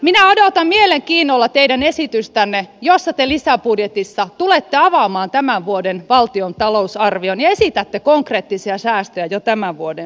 minä odotan mielenkiinnolla teidän esitystänne jossa te lisäbudjetissa tulette avaamaan tämän vuoden valtion talousarvion ja esitätte konkreettisia säästöjä jo tämän vuoden budjettiin